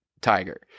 Tiger